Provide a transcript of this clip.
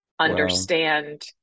understand